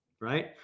right